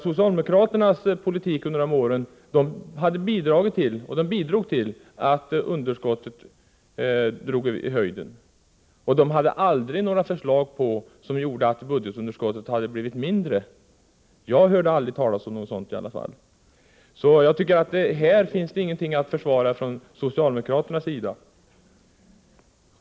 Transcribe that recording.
Socialdemokraternas politik bidrog till att budgetunderskottet sköt i höjden. Socialdemokraterna lade aldrig fram några förslag som skulle ha lett till att budgetunderskottet hade minskat. Jag hörde i alla fall aldrig talas om några sådana förslag. I fråga om detta finns det därför inget att försvara från socialdemokraternas sida.